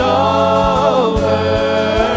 over